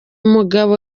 mugabo